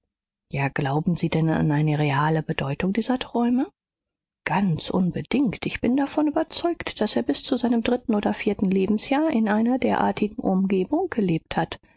ja glauben sie denn an eine reale bedeutung dieser träume ganz unbedingt ich bin davon überzeugt daß er bis zu seinem dritten oder vierten lebensjahr in einer derartigen umgebung gelebt hat